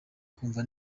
kumva